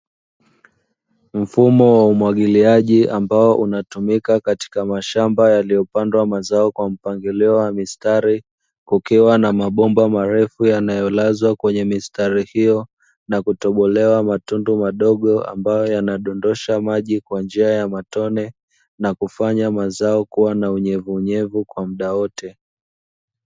Mfumo wa umwagiliaji ambao unatumika katika mashamba yaliyopandwa mazao kwa mpangilio wa mistari, kukiwa na mabomba marefu yanayolazwa kwenye mistari hiyo na kutobolewa matundu madogo ambayo yanadondosha maji kwa njia ya matone na kufanya mazao kuwa na unyevu unyevu kwa muda wote.